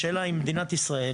השאלה אם מדינת ישראל,